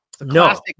No